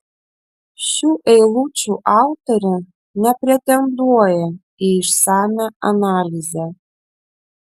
šių eilučių autorė nepretenduoja į išsamią analizę